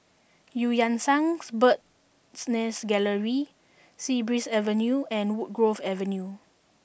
Eu Yan Sang Bird's Nest Gallery Sea Breeze Avenue and Woodgrove Avenue